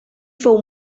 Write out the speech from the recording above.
fou